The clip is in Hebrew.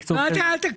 תקצוב של --- אל תקריא,